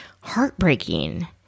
heartbreaking